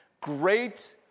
great